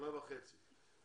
שנה וחצי.